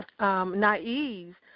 naive